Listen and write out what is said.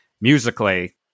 musically